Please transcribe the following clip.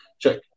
Check